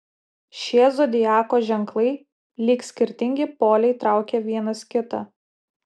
šie zodiako ženklai lyg skirtingi poliai traukia vienas kitą